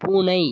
பூனை